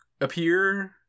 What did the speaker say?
appear